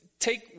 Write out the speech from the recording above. Take